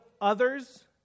others